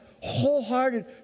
wholehearted